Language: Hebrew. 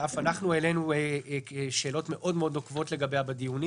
שאף אנחנו העלינו שאלות מאוד מאוד נוקבות לגביה בדיונים